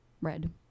red